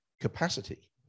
capacity